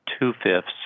two-fifths